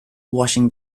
washing